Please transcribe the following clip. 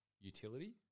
utility